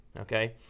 okay